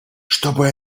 чтобы